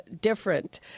different